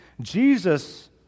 Jesus